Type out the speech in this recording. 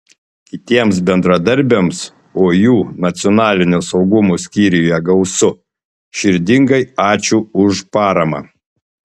kitiems bendradarbiams o jų nacionalinio saugumo skyriuje gausu širdingai ačiū už paramą